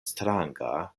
stranga